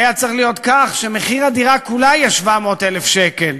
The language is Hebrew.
היה צריך להיות כך שמחיר הדירה כולה יהיה 700,000 שקל.